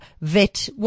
vet